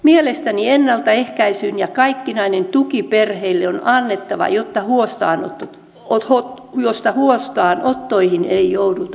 mielestäni tukea ennaltaehkäisyyn ja kaikkinainen tuki perheille on annettava jotta huostaanottoihin ei jouduta